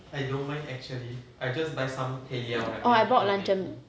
oh I bought luncheon meat